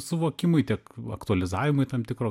suvokimui tiek aktualizavimui tam tikro